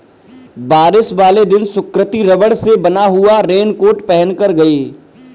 बारिश वाले दिन सुकृति रबड़ से बना हुआ रेनकोट पहनकर गई